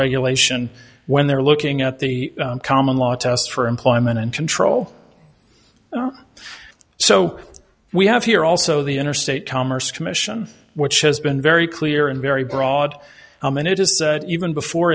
regulation when they're looking at the common law test for employment and control oh so we have here also the interstate commerce commission which has been very clear and very broad a minute just even before